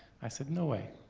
i said, no way.